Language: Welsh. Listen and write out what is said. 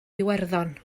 iwerddon